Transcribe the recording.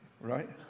right